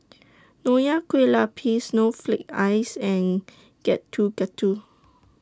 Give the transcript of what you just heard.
Nonya Kueh Lapis Snowflake Ice and Getuk Getuk